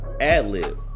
Adlib